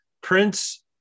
prince